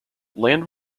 land